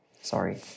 Sorry